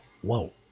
Whoa